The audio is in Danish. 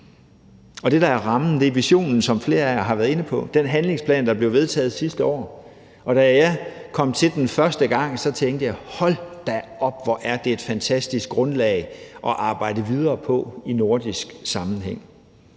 det, der er rammen, er visionen, som flere af jer har været inde på: den handlingsplan, der blev vedtaget sidste år. Da jeg så den første gang, tænkte jeg: Hold da op, hvor er det et fantastisk grundlag at arbejde videre på i nordisk sammenhæng.